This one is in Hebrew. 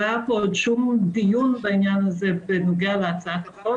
לא היה פה עוד שום דיון בעניין הזה בנוגע להצעת החוק.